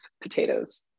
potatoes